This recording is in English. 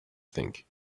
think